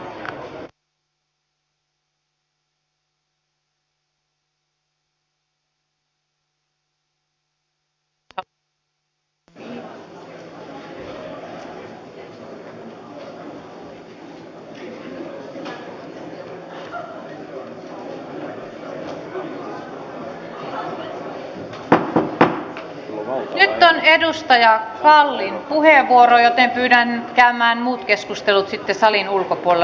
nyt on edustaja kallin puheenvuoro joten pyydän käymään muut keskustelut salin ulkopuolella